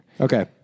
Okay